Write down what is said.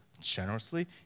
generously